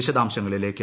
വിശദാംശങ്ങളിലേക്ക്